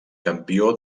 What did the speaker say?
campió